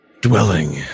dwelling